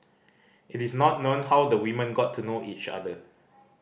it is not known how the women got to know each other